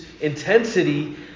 intensity